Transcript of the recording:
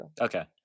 Okay